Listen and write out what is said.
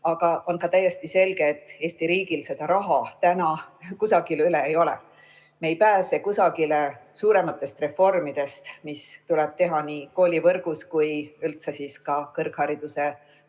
Aga on täiesti selge, et Eesti riigil seda raha kusagil üle ei ole. Me ei pääse kusagile suurematest reformidest, mis tuleb teha nii koolivõrgus kui üldse ka kõrghariduse